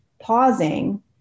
pausing